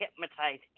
hypnotize